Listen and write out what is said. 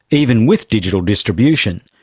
even with digital distribution,